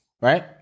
Right